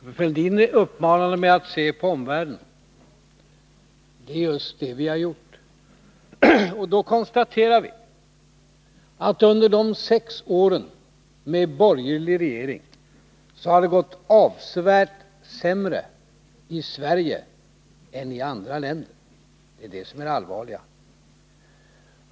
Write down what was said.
Herr talman! Thorbjörn Fälldin uppmanade mig att se på omvärlden. Det är just det vi har gjort. Då konstaterar vi att under de sex åren med borgerlig regering har det gått avsevärt sämre i Sverige än i andra länder. Det är det som är det allvarliga.